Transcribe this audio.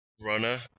Runner